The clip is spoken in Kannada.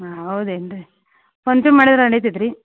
ಹಾಂ ಹೌದೇನ್ರಿ ಫೋನ್ಪೇ ಮಾಡಿದ್ರೆ ನಡಿತೈತ್ರಿ